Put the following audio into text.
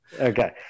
Okay